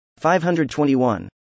521